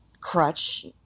crutch